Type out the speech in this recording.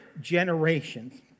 generations